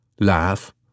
Laugh